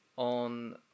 On